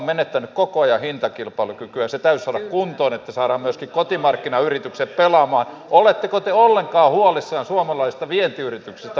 päätöksenteko on karannut kuntayhtymiin liikelaitoksiin ylikunnallisiin toimielimiin ja näin ollen siellä ne suurimmat ongelmat ovat siinä pääseekö sinne lääkärille